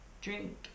drink